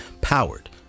powered